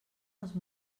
els